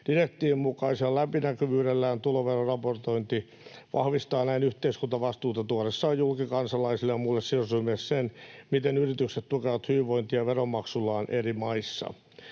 Direktiivin mukaisella läpinäkyvyydellään tuloveroraportointi vahvistaa näin yhteiskuntavastuuta tuodessaan julki kansalaisille ja muille sidosryhmille sen, miten yritykset tukevat hyvinvointia veronmaksullaan eri maissa.